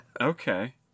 Okay